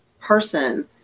person